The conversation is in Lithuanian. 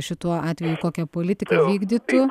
šituo atveju kokią politiką vykdytų